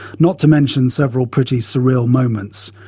not to mention several pretty surreal moments.